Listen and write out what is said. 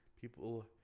People